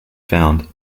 found